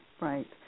right